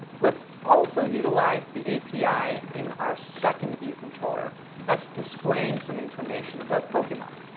let's also utilize the api in our second view controller that's displaying some information about pokemon.